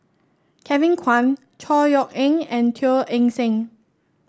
Kevin Kwan Chor Yeok Eng and Teo Eng Seng